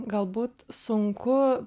galbūt sunku